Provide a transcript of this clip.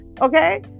Okay